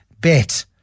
bet